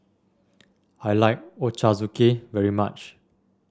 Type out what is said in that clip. I like Ochazuke very much